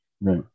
right